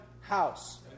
house